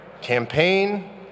campaign